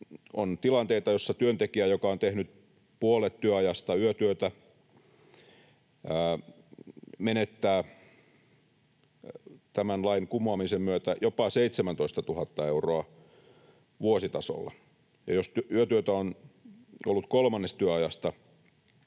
on tilanteita, joissa työntekijä, joka on tehnyt puolet työajasta yötyötä, menettää tämän lain kumoamisen myötä jopa 17 000 euroa vuositasolla, ja jos yötyötä on ollut kolmannes työajasta,